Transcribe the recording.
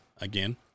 again